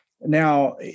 Now